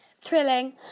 thrilling